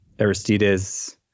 Aristides